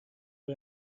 راه